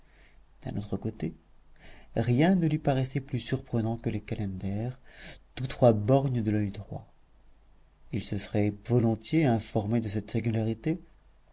d'un autre côté rien ne lui paraissait plus surprenant que les calenders tous trois borgnes de l'oeil droit il se serait volontiers informé de cette singularité